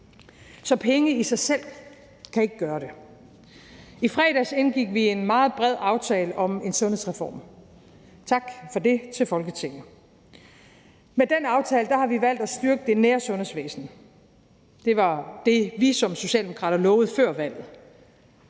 Så penge i sig selv kan ikke gøre det. I fredags indgik vi en meget bred aftale om en sundhedsreform – tak for det til Folketinget. Med den aftale har vi valgt at styrke det nære sundhedsvæsen – det var det, vi som socialdemokrater lovede før valget: